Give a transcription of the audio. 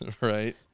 Right